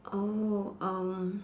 oh um